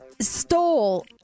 stole